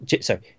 sorry